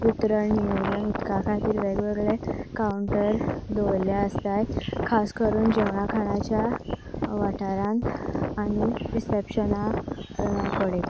वितरण नियोजन उदका खातीर वेगवेगळे कावंटर दवरले आसताय खास करून जेवणां खाणाच्या वाठारान आनी रिसॅप्शनाां कडेन